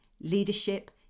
leadership